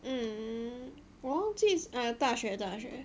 mm 我忘记大学大学